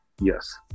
Yes